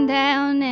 down